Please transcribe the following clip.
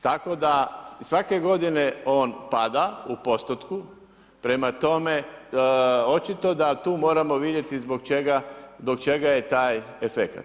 Tako da svake godine on pada u postotku, prema tome očito da tu moramo vidjeti zbog čega je taj efekat.